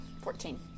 fourteen